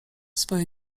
swoje